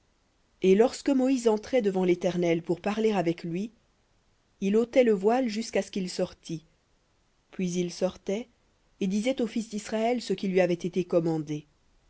et lorsque moïse entrait devant l'éternel pour parler avec lui il ôtait le voile jusqu'à ce qu'il sortît puis il sortait et disait aux fils d'israël ce qui lui avait été commandé